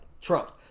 Trump